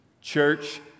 Church